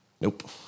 Nope